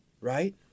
Right